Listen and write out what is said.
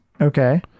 okay